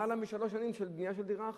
למעלה משלוש שנים לבנייה של דירה אחת.